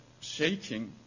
shaking